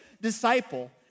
disciple